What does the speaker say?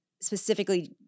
specifically